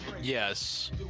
Yes